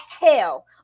hell